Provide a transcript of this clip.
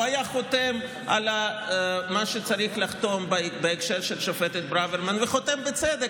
הוא היה חותם על מה שצריך לחתום בהקשר של השופטת ברוורמן וחותם בצדק,